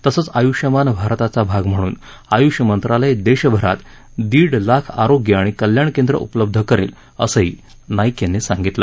तसंच युष्मान भारताचा भाग म्हणून युष मंत्रालय देशभरात दीड लाख रोग्य णि कल्याण केंद्र उपलब्ध करेलअसंही नाईक यांनी सांगितलं